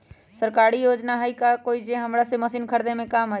सरकारी योजना हई का कोइ जे से हमरा मशीन खरीदे में काम आई?